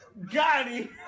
Gotti